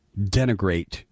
denigrate